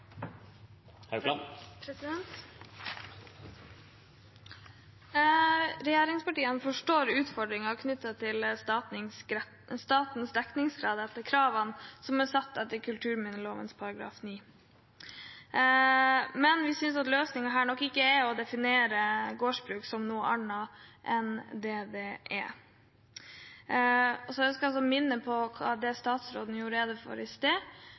Men vi synes løsningen nok ikke er å definere gårdsbruk som noe annet enn det det er. Jeg ønsker også å minne om det statsråden gjorde rede for i sted,